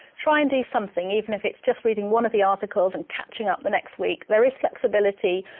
try and do something, even if it's just reading one of the articles and catching up the next week. there is flexibility,